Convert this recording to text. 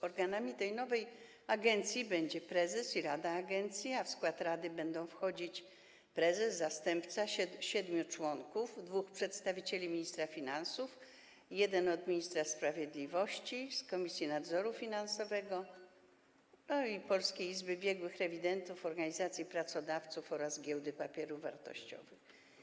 Organami tej nowej agencji będą prezes i rada agencji, a w skład rady będą wchodzić prezes, zastępca, siedmiu członków, dwóch przedstawicieli ministra finansów, jeden ministra sprawiedliwości, Komisji Nadzoru Finansowego i Polskiej Izby Biegłych Rewidentów, organizacji pracodawców oraz Giełdy Papierów Wartościowych.